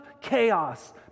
chaos